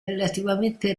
relativamente